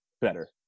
better